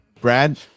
Brad